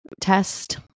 test